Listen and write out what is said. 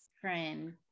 friend